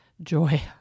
joy